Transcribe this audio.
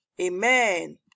amen